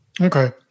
Okay